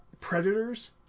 predators